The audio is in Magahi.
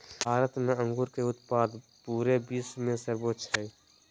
भारत में अंगूर के उत्पाद पूरे विश्व में सर्वोच्च हइ